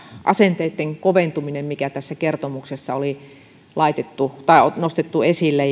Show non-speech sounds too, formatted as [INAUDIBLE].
asenteitten koventuminen mikä tässä kertomuksessa oli nostettu esille [UNINTELLIGIBLE]